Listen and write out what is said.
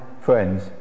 friends